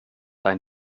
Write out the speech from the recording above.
ein